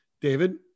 David